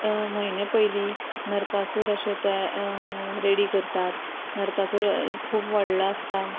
म्हयने पयलीं नरकासूर अशें ते रेडी करतात नरकासूर खूब व्हडलो आसता